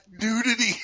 nudity